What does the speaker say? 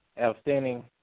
outstanding